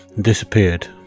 disappeared